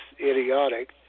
idiotic